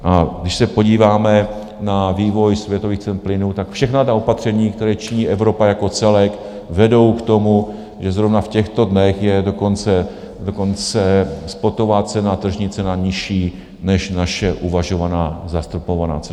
A když se podíváme na vývoj světových cen plynu, všechna opatření, která činí Evropa jako celek, vedou k tomu, že zrovna v těchto dnech je dokonce spotová cena, tržní cena nižší než naše uvažovaná zastropovaná cena.